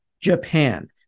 Japan